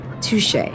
Touche